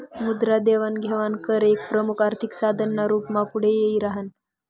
मुद्रा देवाण घेवाण कर एक प्रमुख आर्थिक साधन ना रूप मा पुढे यी राह्यनं